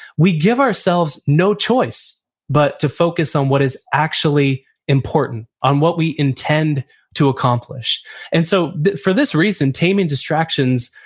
we give ourselves no choice but to focus on what is actually important, on what we intend to accomplish and so for this reason, taming distractions,